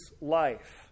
life